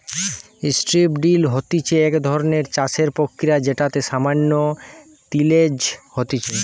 strip drill হতিছে এক ধরণের চাষের প্রক্রিয়া যেটাতে সামান্য তিলেজ হতিছে